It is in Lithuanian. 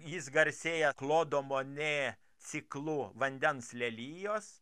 jis garsėja klodo monė ciklu vandens lelijos